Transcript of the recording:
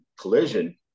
Collision